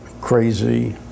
crazy